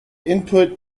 input